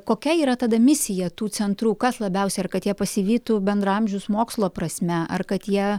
kokia yra tada misija tų centrų kas labiausiai ar kad jie pasivytų bendraamžius mokslo prasme ar kad jie